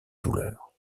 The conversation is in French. douleur